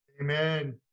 Amen